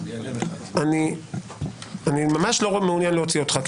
אני ממש לא מעוניין להוציא אותך.